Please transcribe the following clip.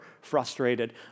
frustrated